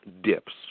dips